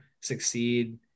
succeed